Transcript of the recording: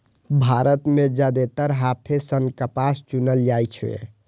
भारत मे जादेतर हाथे सं कपास चुनल जाइ छै